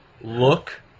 look